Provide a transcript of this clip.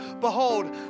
behold